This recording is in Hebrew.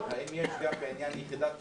האם יש הצעה גם בעניין יחידת מימון?